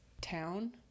town